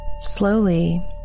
Slowly